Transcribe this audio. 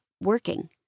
working